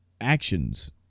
actions